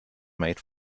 made